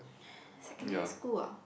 secondary school ah